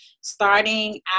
starting